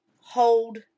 hold